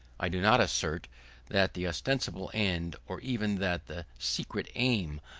i do not assert that the ostensible end, or even that the secret aim,